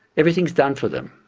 everything's done for them.